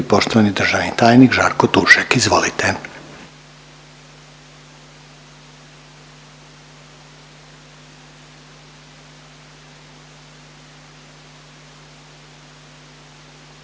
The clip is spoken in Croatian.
poštovani državni tajnik Žarko Tušek, izvolite.